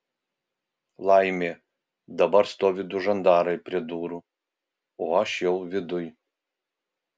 laimė dabar stovi du žandarai prie durų o aš jau viduj